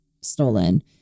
stolen